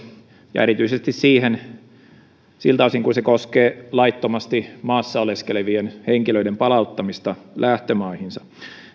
ja erityisesti siltä osin kuin se koskee laittomasti maassa oleskelevien henkilöiden palauttamista lähtömaihinsa